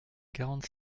quarante